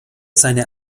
seine